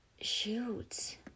Shoot